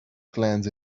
glance